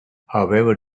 however